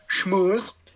schmooze